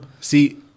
See